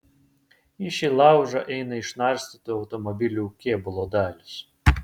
į šį laužą eina išnarstytų automobilių kėbulo dalys